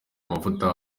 amavuta